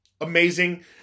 amazing